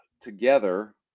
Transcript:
together